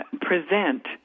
present